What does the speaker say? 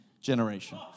generation